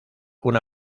una